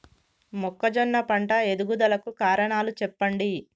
మొక్కజొన్న పంట ఎదుగుదల కు కారణాలు చెప్పండి?